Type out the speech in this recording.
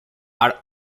are